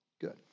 good